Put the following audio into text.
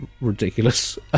ridiculous